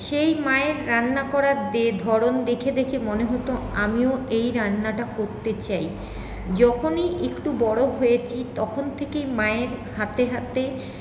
সেই মায়ের রান্না করার দে ধরন দেখে দেখে মনে হত আমিও এই রান্নাটা করতে চাই যখনই একটু বড়ো হয়েছি তখন থেকেই মায়ের হাতে হাতে